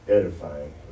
Edifying